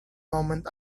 moment